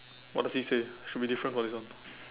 what does he say should be different for this one